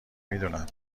میدونم